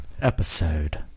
episode